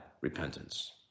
repentance